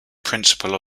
principal